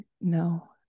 No